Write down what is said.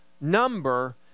number